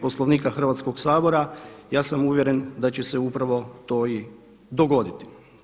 Poslovnika Hrvatskoga sabora ja sam uvjeren da će se upravo to i dogoditi.